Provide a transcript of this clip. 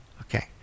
Okay